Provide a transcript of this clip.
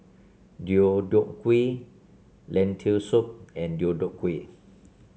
Deodeok Gui Lentil Soup and Deodeok Gui